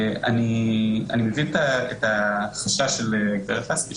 אני מבין את החשש של גברת לסקי,